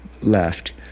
left